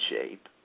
shape